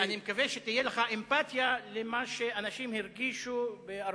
אני מקווה שתהיה לך אמפתיה למה שאנשים הרגישו ב-1948,